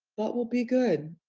that will be good,